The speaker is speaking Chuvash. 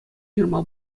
ҫырма